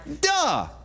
Duh